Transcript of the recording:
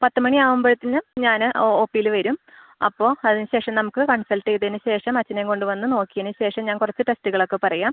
പത്ത് മണി ആവുമ്പഴത്തേനും ഞാൻ ഒ പിൽ വരും അപ്പോൾ അതിന് ശേഷം നമുക്ക് കൺസൾട്ട് ചെയ്തേന് ശേഷം അച്ഛനെ കൊണ്ട് വന്ന് നോക്കിയതിന് ശേഷം ഞാൻ കുറച്ച് ടെസ്റ്റുകളൊക്കെ പറയാം